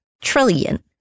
trillion